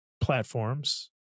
Platforms